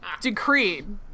decreed